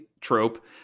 trope